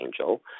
angel